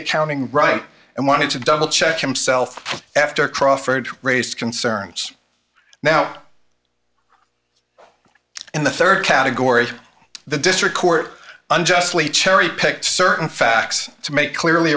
accounting right and wanted to double check himself after crawford raised concerns now in the rd category the district court unjustly cherry picked certain facts to make clearly